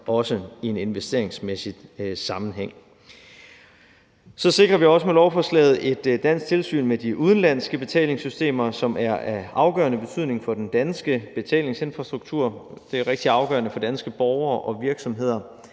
også i en investeringsmæssig sammenhæng. Så sikrer vi også med lovforslaget et dansk tilsyn med de udenlandske betalingssystemer, som er af afgørende betydning for den danske betalingsinfrastruktur. Det er rigtig afgørende for danske borgere og virksomheder,